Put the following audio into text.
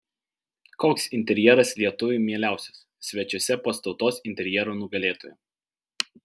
koks interjeras lietuviui mieliausias svečiuose pas tautos interjero nugalėtoją